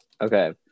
Okay